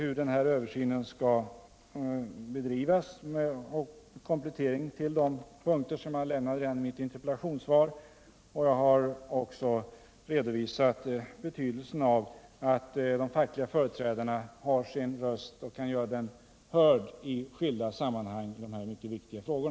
Jag har också, som komplettering till de punkter jag tog upp redan i mitt interpellationssvar, redovisat hur översynen skall bedrivas. Jag har även redovisat betydelsen av att de fackliga företrädarna kan göra sin röst hörd i skilda sammanhang i dessa mycket viktiga frågor.